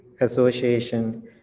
association